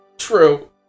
True